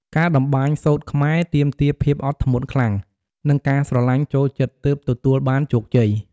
ការតម្បាញសូត្រខ្មែរ ទាមទារភាពអត់ធ្មត់ខ្លាំង និងការស្រទ្បាញ់ ចូលចិត្តទើបទទួលបានជោគជ័យ។